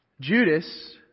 Judas